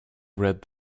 read